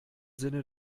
sinne